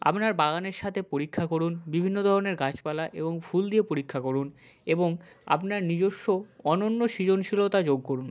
আপনার বাগানের সাথে পরীক্ষা করুন বিভিন্ন ধরনের গাছপালা এবং ফুল দিয়ে পরীক্ষা করুন এবং আপনার নিজস্ব অনন্য সৃজনশীলতা যোগ করুন